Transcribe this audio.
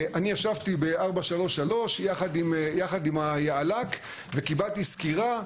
אני ישבתי ב- 433 יחד עם היאל"כ וקיבלתי סקירה,